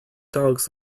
dogs